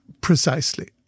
Precisely